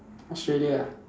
Australia ah